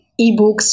eBooks